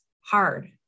hard